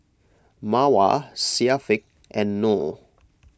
Mawar Syafiq and Noh